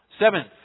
Seventh